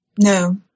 No